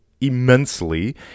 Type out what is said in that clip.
immensely